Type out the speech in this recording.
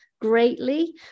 greatly